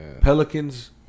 Pelicans